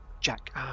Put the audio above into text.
Jack